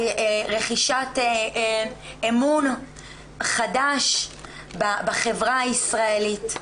לרכוש אמון חדש בחברה הישראלית.